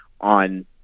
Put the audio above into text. on